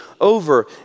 over